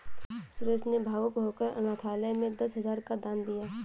सुरेश ने भावुक होकर अनाथालय में दस हजार का दान दिया